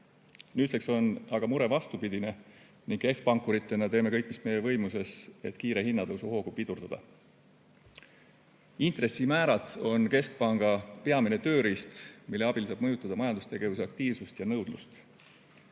Nüüdseks on aga mure vastupidine ning keskpankuritena teeme kõik, mis meie võimuses, et kiire hinnatõusu hoogu pidurdada. Intressimäärad on keskpanga peamine tööriist, mille abil saab mõjutada majandustegevuse aktiivsust ja nõudlust.